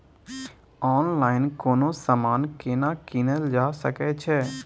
Online कोनो समान केना कीनल जा सकै छै?